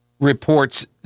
Reports